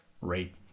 rate